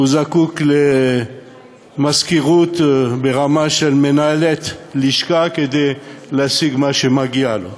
זקוק למזכירות ברמה של מנהלת לשכה כדי להשיג מה שמגיע לו,